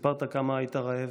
סיפרת כמה היית רעב.